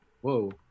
whoa